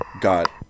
got